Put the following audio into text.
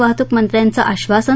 वाहतूक मंत्र्यांचं आश्वासन